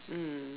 mm